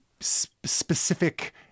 specific